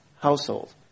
household